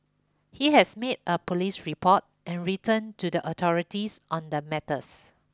he has made a police report and written to the authorities on the matters